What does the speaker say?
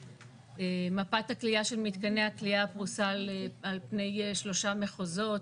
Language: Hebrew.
מפת הכליאה של מתקני הכליאה פרוסה על פני שלושה מחוזות.